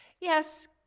Yes